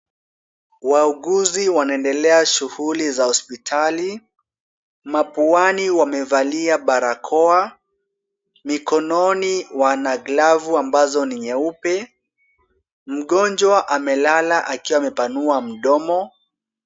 Wauguzi wanaendelea shughuli za hospitali. Mapuani wamevalia barakoa. Mikononi wana glavu ambazo ni nyeupe. Mgonjwa amelala akiwa amepanua mdomo.